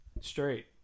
Straight